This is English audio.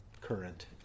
current